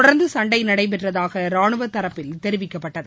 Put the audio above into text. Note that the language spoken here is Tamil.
தொடர்ந்து சண்டை நடைபெற்றதாக ராணுவ தரப்பில் தெரிவிக்கப்பட்டது